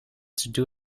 todo